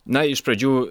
na iš pradžių